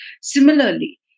Similarly